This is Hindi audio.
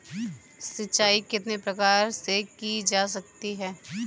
सिंचाई कितने प्रकार से की जा सकती है?